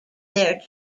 their